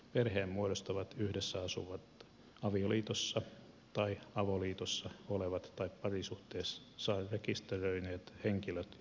perheen muodostavat yhdessä asuvat avioliitossa tai avoliitossa olevat tai parisuhteensa rekisteröineet henkilöt ja heidän lapsensa